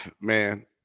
man